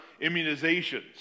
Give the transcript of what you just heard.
immunizations